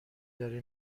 داره